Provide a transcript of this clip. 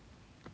why